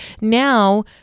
now